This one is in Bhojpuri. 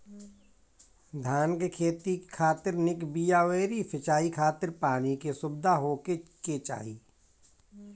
धान के खेती खातिर निक बिया अउरी सिंचाई खातिर पानी के सुविधा होखे के चाही